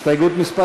הסתייגות מס'